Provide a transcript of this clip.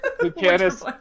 Lucanus